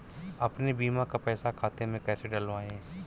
अपने बीमा का पैसा खाते में कैसे डलवाए?